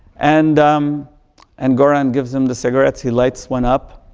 and um and goran gives him the cigarette, he lights one up,